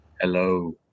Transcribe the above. Hello